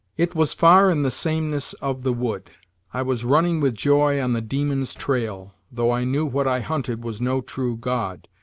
it was far in the sameness of the wood i was running with joy on the demon's trail, though i knew what i hunted was no true god.